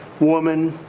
woman,